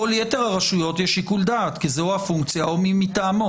בכל יתר הרשויות יש שיקול דעת כי זו או הפונקציה או מי מטעמו.